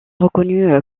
reconnu